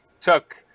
took